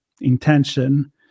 intention